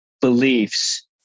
beliefs